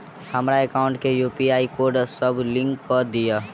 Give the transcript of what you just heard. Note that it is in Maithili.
हमरा एकाउंट केँ यु.पी.आई कोड सअ लिंक कऽ दिऽ?